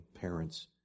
parents